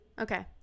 Okay